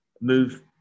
move